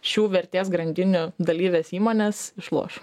šių vertės grandinių dalyvės įmonės išloš